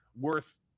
worth